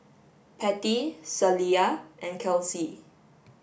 Patty Celia and Kelsey